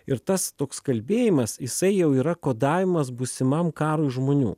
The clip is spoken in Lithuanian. ir tas toks kalbėjimas jisai jau yra kodavimas būsimam karui žmonių